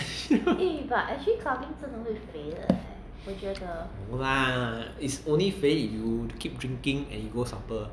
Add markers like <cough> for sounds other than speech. <laughs> no lah is only 肥 if you keep drinking keep and you go supper